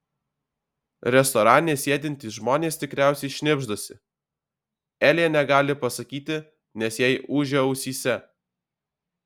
restorane sėdintys žmonės tikriausiai šnibždasi elė negali pasakyti nes jai ūžia ausyse